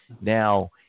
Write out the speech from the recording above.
now